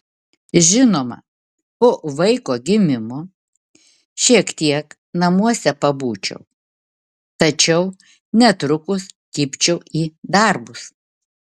žinoma po vaiko gimimo šiek tiek namuose pabūčiau tačiau netrukus kibčiau į darbus